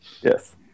Yes